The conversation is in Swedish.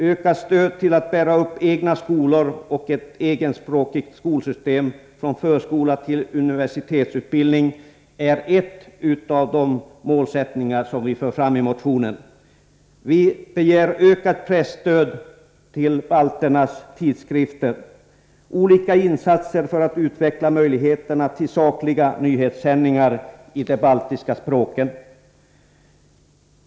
Ökat stöd till att bära upp egna skolor och ett egenspråkigt skolsystem från förskola till universitetsutbildning är en av de målsättningar som vi för fram i motionen. Vi begär ökat presstöd till balternas tidskrifter samt olika insatser för att utveckla möjligheterna till sakliga nyhetssändningar i de baltiska språken.'